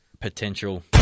potential